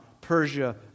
Persia